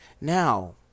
Now